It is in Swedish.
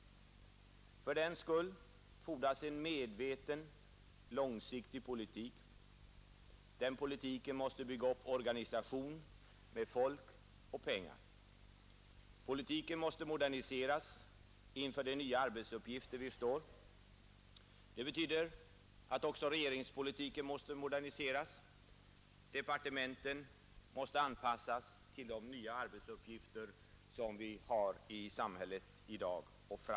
Fördenskull fordras en medveten långsiktig politik. Den politiken måste bygga upp organisation, med folk och pengar. Politiken måste moderniseras inför de nya arbetsuppgifter vi får. Det betyder att också regeringspolitiken måste moderniseras och att departementen måste anpassas till de nya arbetsuppgifter som vi har i samhället i dag och framåt.